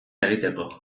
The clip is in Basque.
egiteko